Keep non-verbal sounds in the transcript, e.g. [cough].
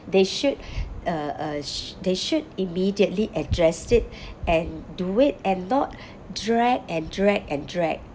[breath] they should [breath] uh uh sh~ they should immediately addressed it and do it and not [breath] drag and drag and drag